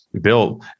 bill